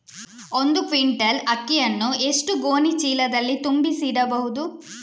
ಒಂದು ಕ್ವಿಂಟಾಲ್ ಅಕ್ಕಿಯನ್ನು ಎಷ್ಟು ಗೋಣಿಚೀಲದಲ್ಲಿ ತುಂಬಿಸಿ ಇಡಬಹುದು?